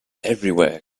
everywhere